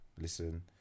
listen